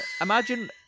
imagine